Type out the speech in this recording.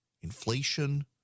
inflation